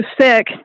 sick